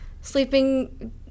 Sleeping